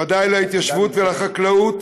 ודאי להתיישבות ולחקלאות,